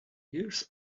years